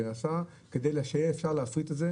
היא נעשית כדי שיהיה אפשר להפריט את הדואר,